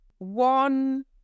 One